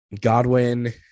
Godwin